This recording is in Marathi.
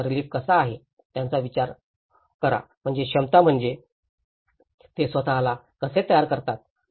त्यांचा रिलीफ कसा आहे याचा विचार करा म्हणजे क्षमता म्हणजे ते स्वत ला कसे तयार करतात